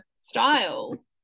style